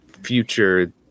future